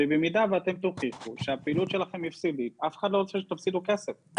ובמידה שאתם תוכיחו שהפעילות שלכם הפסדית אף אחד לא רוצה שתפסידו כסף,